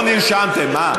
לא נרשמתם.